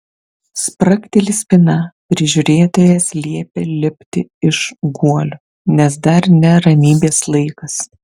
spragteli spyna prižiūrėtojas liepia lipti iš guolių nes dar ne ramybės laikas